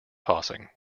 tossing